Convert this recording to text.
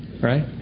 right